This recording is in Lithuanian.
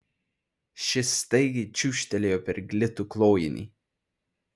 ši staigiai čiūžtelėjo per glitų klojinį